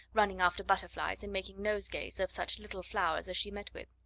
running after butterflies, and making nosegays of such little flowers as she met with.